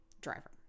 driver